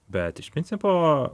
bet iš principo